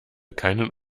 keinen